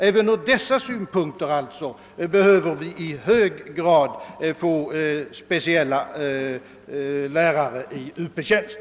även från dessa synpunkter behöver vi i hög grad speciella lärare i Up-tjänst.